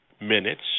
minutes